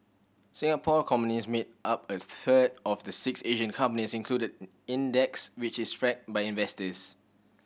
Singapore companies made up a third of the six Asian companies included in the index which is by investors